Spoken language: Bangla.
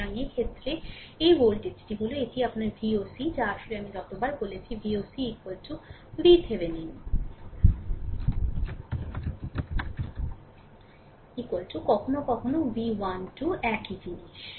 সুতরাং এক্ষেত্রে এই ভোল্টেজটি হল এটিই আপনার VOC যা আসলে আমি যতবার বলছি VOC VThevenin কখনও কখনও v 1 2 একই জিনিস